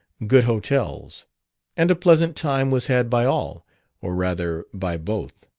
good hotels and a pleasant time was had by all or, rather, by both.